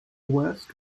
worst